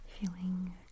feeling